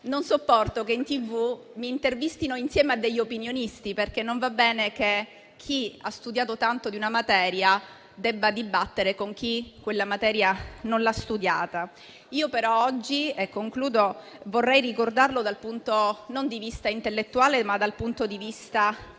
non sopportava che in TV lo intervistassero insieme a degli opinionisti, perché non va bene che chi ha studiato tanto una materia debba dibattere con chi quella materia non l'ha studiata. Oggi, però, vorrei ricordarlo non dal punto di vista intellettuale, ma dal punto di vista